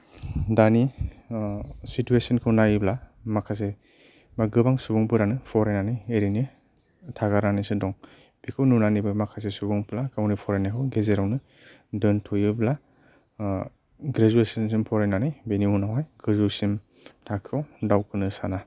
दानि सितुवेसन खौ नायोब्ला माखासे बा गोबां सुबुंफोरानो फरायनानै ओरैनो थागारनानैसो दं बेखौ नुनानैबो माखासे सुबुंफोरा गावनि फरायनायखौ गेजेरावनो दोन्थ'योब्ला ग्रेजुवेसन सिम फरायनानै बेनि उनावहाय गोजौसिम थाखोआव दावखोनो साना